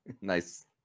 Nice